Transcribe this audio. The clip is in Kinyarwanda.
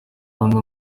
umwe